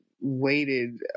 waited